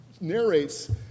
narrates